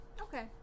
Okay